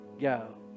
go